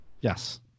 Yes